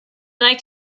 like